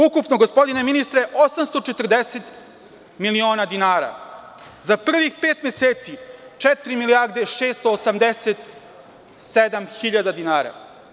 Ukupno gospodine ministre 840 miliona dinara, za prvih pet meseci, 4 milijarde 687 hiljada dinara.